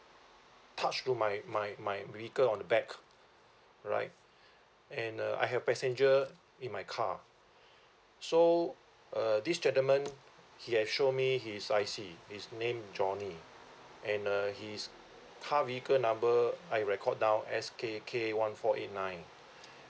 touched to my my my vehicle on the back right and uh I have passenger in my car so uh this gentleman he had showed me his I_C his name johnny and uh his car vehicle number I record down S K K one four eight nine